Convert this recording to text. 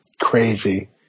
Crazy